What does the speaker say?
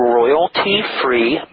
royalty-free